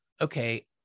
Okay